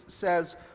says